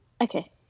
okay